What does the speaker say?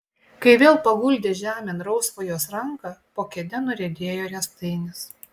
kai vėl paguldė žemėn rausvą jos ranką po kėde nuriedėjo riestainis